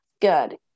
good